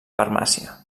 farmàcia